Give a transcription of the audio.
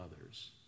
others